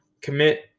commit